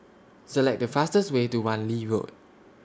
Select The fastest Way to Wan Lee Road